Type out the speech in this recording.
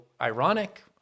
ironic